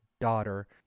daughter